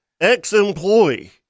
ex-employee